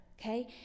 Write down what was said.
Okay